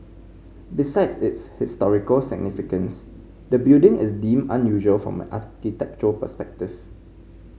besides its historical significance the building is deemed unusual from architectural perspective